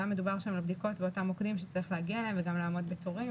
היה מדובר שם על בדיקות באותם מוקדים אליהם צריך להגיע ולעמוד בתור.